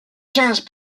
quinze